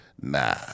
nah